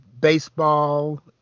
baseball